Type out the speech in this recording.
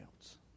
else